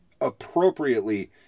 appropriately